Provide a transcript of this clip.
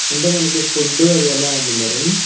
అంటే మనకు ఫుడ్డు అవి ఎలా అండి మరి